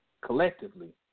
collectively